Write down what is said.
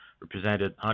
represented